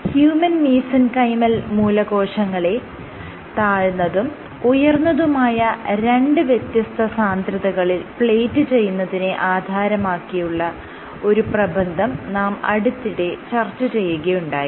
human mesenchymal മൂലകോശങ്ങളെ താഴ്ന്നതും ഉയർന്നതുമായ രണ്ട് വ്യത്യസ്ത സാന്ദ്രതകളിൽ പ്ലേറ്റ് ചെയ്യുന്നതിനെ ആധാരമാക്കിയുള്ള ഒരു പ്രബന്ധം നാം അടുത്തിടെ ചർച്ച ചെയ്യുകയുണ്ടായി